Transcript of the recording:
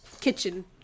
kitchen